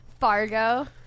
Fargo